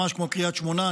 ממש כמו קריית שמונה,